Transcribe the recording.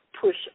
push